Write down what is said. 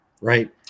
Right